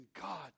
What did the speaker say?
God